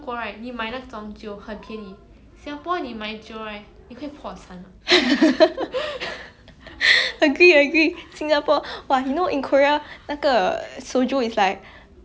agree agree singapore !wah! you know in korea 那个 soju is like 一瓶 I think 新加坡钱三四块 then in singapore twenty dollar eh siao [one]